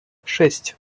шесть